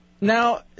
Now